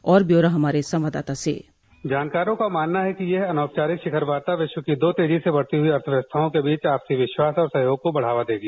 और ब्यौरा हमारे संवाददाता से जानकारों का मानना है कि यह अनौपचारिक शिखर वार्ता विश्व की दो तेजी से बढ़ती अर्थव्यवस्थाओं के बीच आपसी विश्वास और सहयोग को बढ़ावा देगी